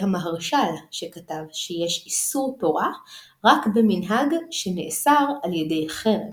המהרש"ל שכתב שיש איסור תורה רק במנהג שנאסר על ידי חרם,